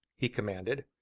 he commanded.